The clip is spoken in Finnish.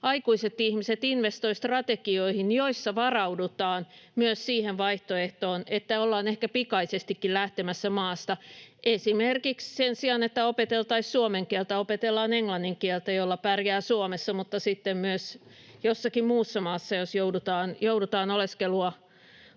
aikuiset ihmiset investoivat strategioihin, joissa varaudutaan myös siihen vaihtoehtoon, että ollaan ehkä pikaisestikin lähtemässä maasta. Esimerkiksi sen sijaan, että opeteltaisiin suomen kieltä, opetellaan englannin kieltä, jolla pärjää Suomessa mutta sitten myös jossakin muussa maassa, jos joudutaan oleskelupaikkaa